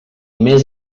més